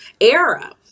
era